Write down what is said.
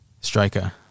Striker